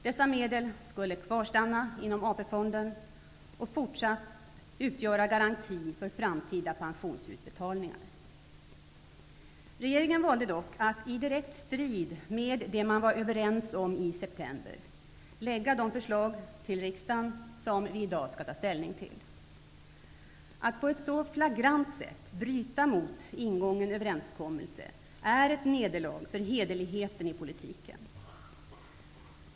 Dessa medel skulle kvarstanna inom AP-fonden och fortsätta utgöra garanti för framtida pensionsutbetalningar. Regeringen valde dock att i direkt strid med det man var överens om i september att lägga fram de förslag som riksdagen i dag skall ta ställning till. Att på ett så flagrant sätt bryta mot en ingången överenskommelse är ett nederlag för hederligheten i politiken.